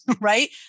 Right